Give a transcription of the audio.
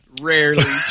Rarely